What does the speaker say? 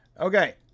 Okay